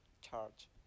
charge